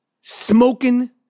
smoking